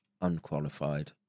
unqualified